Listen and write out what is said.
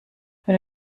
wenn